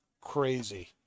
crazy